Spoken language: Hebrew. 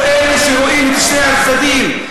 אנחנו אלה שרואים את שני הצדדים,